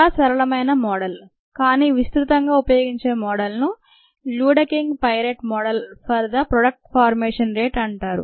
చాలా సరళమైన మోడల్ కానీ విస్తృతంగా ఉపయోగించే మోడల్ ను Luedeking Piret model for the product formation rate అంటారు